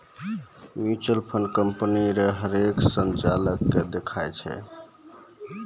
mutual fund company रो हरेक संचालन के दिखाय छै